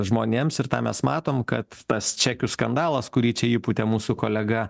žmonėms ir tą mes matom kad tas čekių skandalas kurį čia įpūtė mūsų kolega